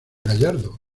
gallardo